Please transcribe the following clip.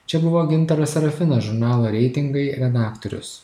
čia buvo gintaras sarafinas žurnalo reitingai redaktorius